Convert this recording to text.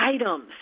items